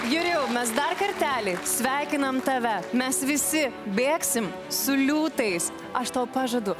jurijau mes dar kartelį sveikinam tave mes visi bėgsim su liūtais aš tau pažadu